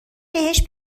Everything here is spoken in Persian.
بهش